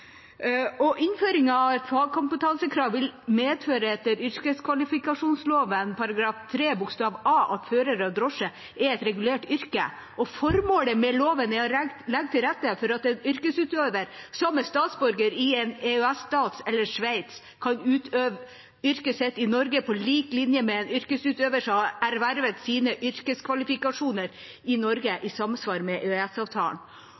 av et fagkompetansekrav medfører etter yrkeskvalifikasjonsloven § 3 bokstav a) at fører av drosje er et regulert yrke. Formålet med loven er å legge til rette for at en yrkesutøver som er statsborger i en EØS-stat eller Sveits, kan utøve yrket sitt i Norge på lik linje med en yrkesutøver som har ervervet sine yrkeskvalifikasjoner i Norge,